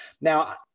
now